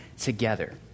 together